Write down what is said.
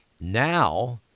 now